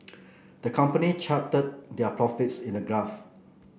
the company charted their profits in a graph